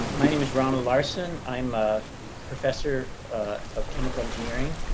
ah my naming ronald larson. i'm a professor of chemical engineer. and